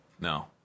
No